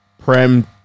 prem